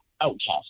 outcast